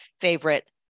favorite